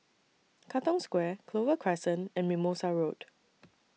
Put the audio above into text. Katong Square Clover Crescent and Mimosa Road